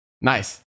Nice